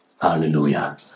Hallelujah